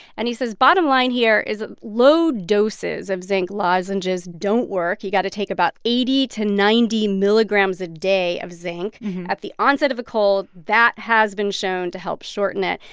and he says bottom line here is low doses of zinc lozenges don't work. you got to take about eighty to ninety milligrams a day of zinc at the onset of a cold. that has been shown to help shorten it.